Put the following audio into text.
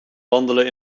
wandelen